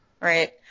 Right